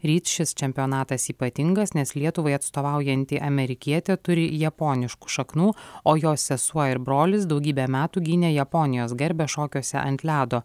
rid šis čempionatas ypatingas nes lietuvai atstovaujanti amerikietė turi japoniškų šaknų o jos sesuo ir brolis daugybę metų gynė japonijos garbę šokiuose ant ledo